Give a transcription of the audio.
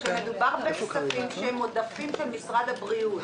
שמדובר בכספים שהם עודפים של משרד הבריאות.